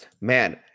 man